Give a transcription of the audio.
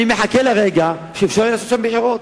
אני מחכה לרגע שאפשר יהיה לעשות שם בחירות.